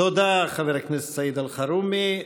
תודה, חבר הכנסת סעיד אלחרומי.